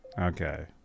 Okay